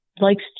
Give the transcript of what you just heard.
likes